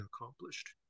accomplished